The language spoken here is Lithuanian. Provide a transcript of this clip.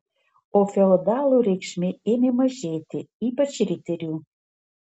o feodalų reikšmė ėmė mažėti ypač riterių